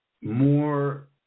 more